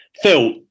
Phil